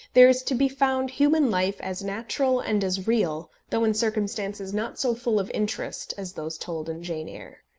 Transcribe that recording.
there is to be found human life as natural and as real, though in circumstances not so full of interest as those told in jane eyre.